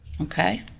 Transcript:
Okay